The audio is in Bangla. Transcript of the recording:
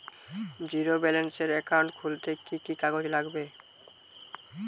জীরো ব্যালেন্সের একাউন্ট খুলতে কি কি কাগজ লাগবে?